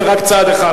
זה רק צעד אחד,